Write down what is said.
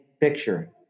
picture